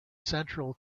central